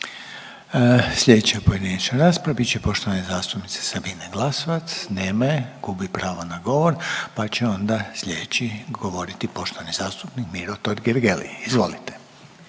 Slijedeća pojedinačna rasprava bit će poštovane zastupnice Sabine Glasovac, nema je. Gubi pravo na govor pa će onda sljedeći govoriti poštovani zastupnik Miro Totgergeli, izvolite.